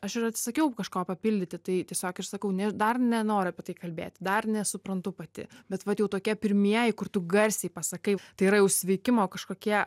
aš ir atsisakiau kažko papildyti tai tiesiog ir sakau ne aš dar nenoriu apie tai kalbėt dar nesuprantu pati bet vat jau tokie pirmieji kur tu garsiai pasakai tai yra jau sveikimo kažkokie